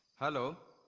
hello.